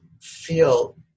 feel